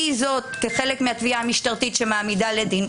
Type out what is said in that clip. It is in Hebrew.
היא זאת שמעמידה לדין,